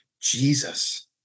Jesus